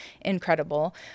incredible